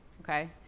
okay